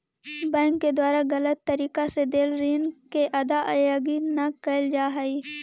bank के द्वारा गलत तरीका से देल ऋण के अदायगी न कैल जा हइ